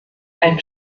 ein